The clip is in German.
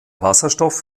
wasserstoff